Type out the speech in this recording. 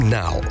now